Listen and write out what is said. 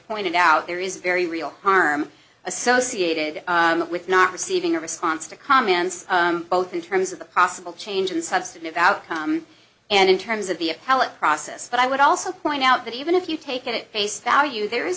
pointed out there is very real harm associated with not receiving a response to comments both in terms of the possible change in substantive outcome and in terms of the appellate process but i would also point out that even if you take it face value there is